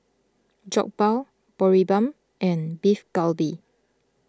Jokbal Boribap and Beef Galbi